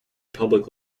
public